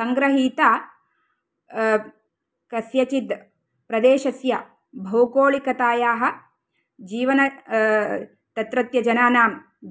सङ्ग्रहीत कस्यचिद् प्रदेशस्य भौगोलिकतायाः जीवन तत्रत्य जनानां